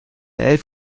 elf